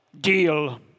Deal